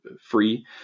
free